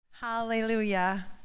Hallelujah